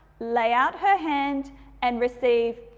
lay out her hand and receive